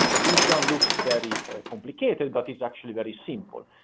this one looks very complicated, but it's actually very simple,